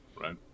right